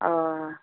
अह